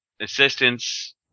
assistance